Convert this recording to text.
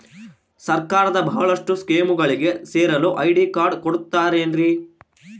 ಸರ್ಕಾರದ ಬಹಳಷ್ಟು ಸ್ಕೇಮುಗಳಿಗೆ ಸೇರಲು ಐ.ಡಿ ಕಾರ್ಡ್ ಕೊಡುತ್ತಾರೇನ್ರಿ?